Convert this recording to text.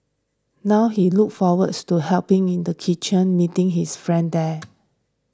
now he look forwards to helping in the kitchen meeting his friends there